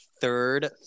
third